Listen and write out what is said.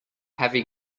heavy